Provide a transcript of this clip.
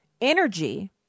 Energy